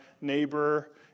neighbor